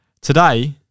Today-